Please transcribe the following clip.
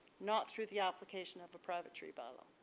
not through the application of a private tree by law.